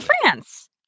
France